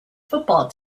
football